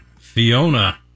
Fiona